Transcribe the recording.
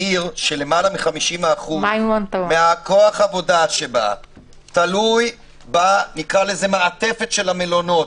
בעיר שלמעלה מ-50% מכוח העבודה שבה תלוי במעטפת של המלונות,